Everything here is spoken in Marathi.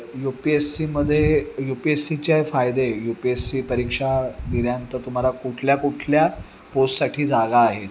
यू पी एस सीमध्ये यू पी एस सीचे फायदे यू पी एस सी परीक्षा दिल्यानंतर तुम्हाला कुठल्या कुठल्या पोस्टसाठी जागा आहेत